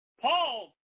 Paul